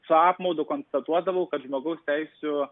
su apmaudu konstatuodavau kad žmogaus teisių